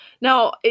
Now